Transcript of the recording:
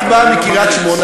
את באה מקריית-שמונה.